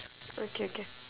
okay okay